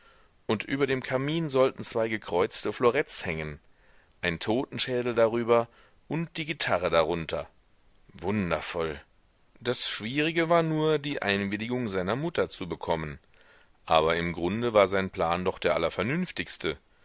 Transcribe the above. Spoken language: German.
und über dem kamin sollten zwei gekreuzte floretts hängen ein totenschädel darüber und die gitarre darunter wundervoll das schwierige war nur die einwilligung seiner mutter zu bekommen aber im grunde war sein plan doch der